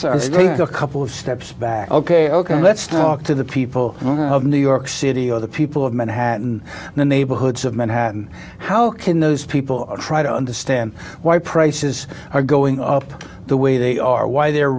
sorry a couple of steps back ok ok let's talk to the people of new york city or the people of manhattan in the neighborhoods of manhattan how can those people try to understand why prices are going up the way they are why the